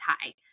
high